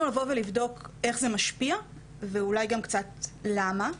לבוא ולבדוק איך זה משפיע ואולי גם קצת למה.